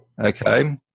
Okay